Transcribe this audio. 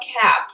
cap